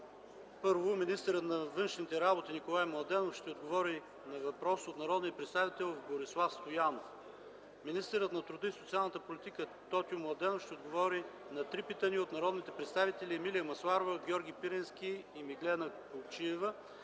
ч.: - министърът на външните работи Николай Младенов ще отговори на въпрос от народния представител Борислав Стоянов; - министърът на труда и социалната политика Тотю Младенов ще отговори на три питания от народните представители Емилия Масларова, Георги Пирински и Меглена Плугчиева;